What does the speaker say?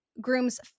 Groom's